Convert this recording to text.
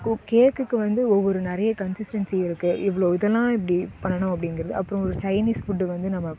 இப்போது கேக்குக்கு வந்து ஒவ்வொரு நிறைய கன்சிஸ்டன்ஸி இருக்குது இவ்வளோ இதெல்லாம் இப்படி பண்ணனும் அப்டிங்கிறது அப்றம் ஒரு சைனீஸ் ஃபுட்டு வந்து நம்ம